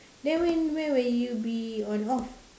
then when when will you be on off